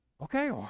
Okay